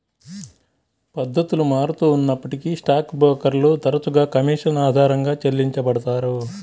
పద్ధతులు మారుతూ ఉన్నప్పటికీ స్టాక్ బ్రోకర్లు తరచుగా కమీషన్ ఆధారంగా చెల్లించబడతారు